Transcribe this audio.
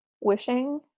wishing